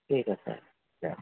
ٹھیک ہے سر